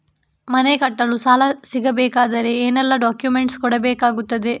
ಮನೆ ಕಟ್ಟಲು ಸಾಲ ಸಿಗಬೇಕಾದರೆ ಏನೆಲ್ಲಾ ಡಾಕ್ಯುಮೆಂಟ್ಸ್ ಕೊಡಬೇಕಾಗುತ್ತದೆ?